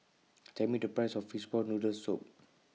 Tell Me The Price of Fishball Noodle Soup